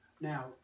now